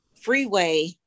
freeway